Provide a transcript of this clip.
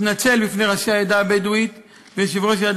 התנצל בפני ראשי העדה הבדואית ויושב-ראש "יד